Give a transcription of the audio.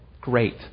Great